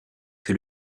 que